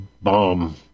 bomb